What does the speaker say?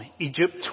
Egypt